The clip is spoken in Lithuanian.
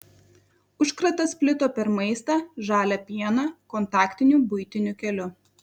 užkratas plito per maistą žalią pieną kontaktiniu buitiniu keliu